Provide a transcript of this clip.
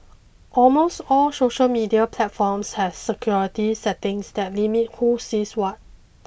almost all social media platforms have security settings that limit who sees what